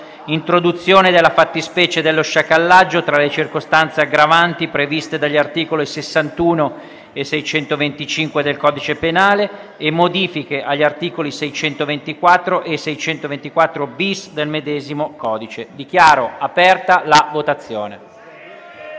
«Introduzione della fattispecie dello sciacallaggio tra le circostanze aggravanti previste dagli articoli 61 e 625 del codice penale e modifiche agli articoli 624 e 624-*bis* del medesimo codice». *(Segue la votazione).*